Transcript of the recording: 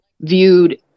viewed